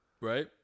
right